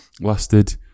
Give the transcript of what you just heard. lasted